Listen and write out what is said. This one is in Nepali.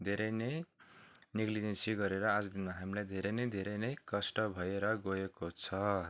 धेरै नै नेक्लिजेन्सी गरेर आजको दिनमा हामीलाई धेरै नै धेरै नै कष्ट भएर गएको छ